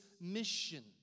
mission